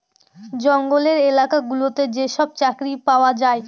জঙ্গলের এলাকা গুলোতে যেসব চাকরি পাওয়া যায়